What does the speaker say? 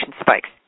spikes